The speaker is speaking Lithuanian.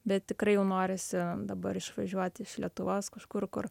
bet tikrai jau norisi dabar išvažiuot iš lietuvos kažkur kur